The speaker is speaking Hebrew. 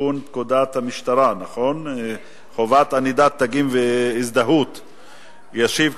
לתיקון פקודת המשטרה (חובת ענידת תגים והזדהות); ישיב,